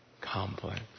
complex